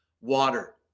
water